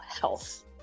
health